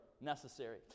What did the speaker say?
necessary